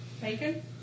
Bacon